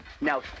Now